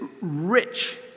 rich